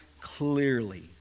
clearly